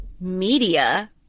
media